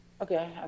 Okay